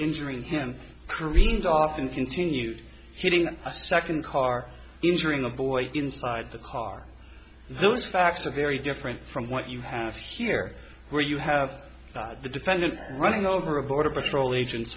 injuring him careened off and continue hitting a second car injuring the boy inside the car those facts a very different from what you have here where you have the defendant running over a border patrol agents